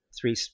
three